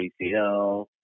acl